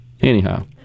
anyhow